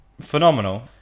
phenomenal